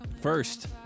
First